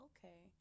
Okay